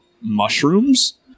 mushrooms